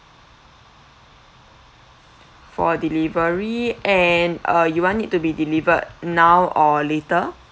for delivery and uh you want it to be delivered now or later